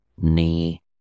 knee